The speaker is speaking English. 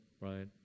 right